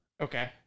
Okay